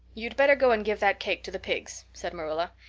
you'd better go and give that cake to the pigs, said marilla.